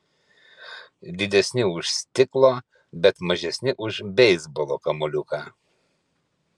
didesni už stiklo bet mažesni už beisbolo kamuoliuką